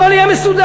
הכול יהיה מסודר.